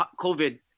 COVID